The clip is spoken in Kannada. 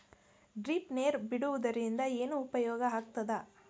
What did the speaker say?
ಡ್ರಿಪ್ ನೇರ್ ಬಿಡುವುದರಿಂದ ಏನು ಉಪಯೋಗ ಆಗ್ತದ?